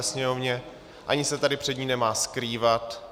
Sněmovně ani se tady před ní nemá skrývat.